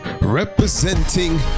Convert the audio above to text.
representing